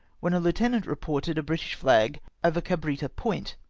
when a lieutenant re ported a british flag over cabritta point,